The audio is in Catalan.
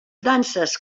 danses